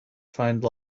find